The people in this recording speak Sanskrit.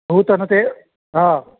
नूतनतया हा